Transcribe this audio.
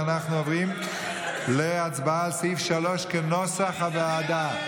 ואנחנו עוברים להצבעה על סעיף 3 כנוסח הוועדה.